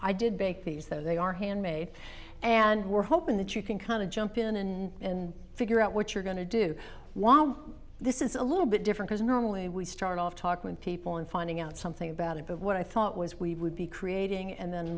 though they are handmade and we're hoping that you can kind of jump in and figure out what you're going to do while this is a little bit different as normally we start off talking people and finding out something about it but what i thought was we would be creating and then